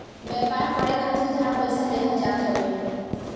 व्यापार करे खातिर उधार पईसा लेहल जात हवे